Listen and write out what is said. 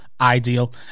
Ideal